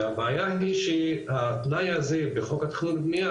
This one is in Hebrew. והבעיה היא שהתנאי הזה בחוק התכנון והבנייה,